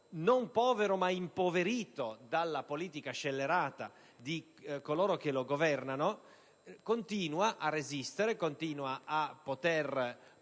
(non povero, ma impoverito dalla politica scellerata di chi lo governa) continua a resistere e a poter